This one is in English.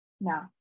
No